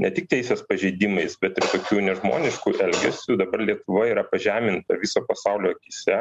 ne tik teisės pažeidimais bet ir tokiu nežmonišku elgesiu dabar lietuva yra pažeminta viso pasaulio akyse